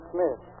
Smith